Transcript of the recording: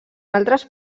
altres